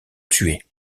tués